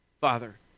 Father